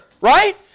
right